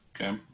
Okay